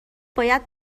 باید